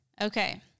Okay